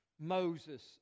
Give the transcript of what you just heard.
Moses